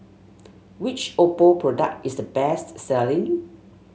which Oppo product is the best selling